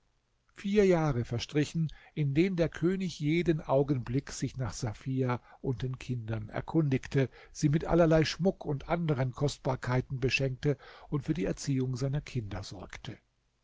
vier jahre verstrichen in denen der könig jeden augenblick sich nach safia und den kindern erkundigte sie mit allerlei schmuck und anderen kostbarkeiten beschenkte und für die erziehung seiner kinder sorgte